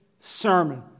sermon